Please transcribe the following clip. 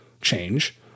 change